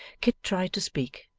kit tried to speak,